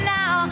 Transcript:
now